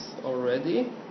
already